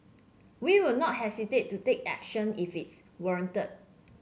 we will not hesitate to take action if it's warranted